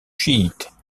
chiite